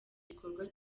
gikorwa